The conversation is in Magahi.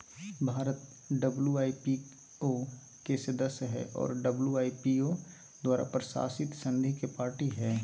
भारत डब्ल्यू.आई.पी.ओ के सदस्य हइ और डब्ल्यू.आई.पी.ओ द्वारा प्रशासित संधि के पार्टी हइ